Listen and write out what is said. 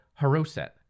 Haroset